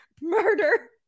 murder